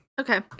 Okay